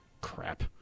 crap